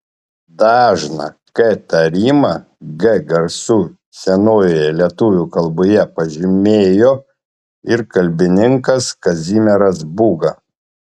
dažną k tarimą g garsu senojoje lietuvių kalboje pažymėjo ir kalbininkas kazimieras būga